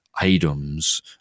items